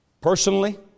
personally